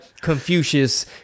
confucius